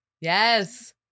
yes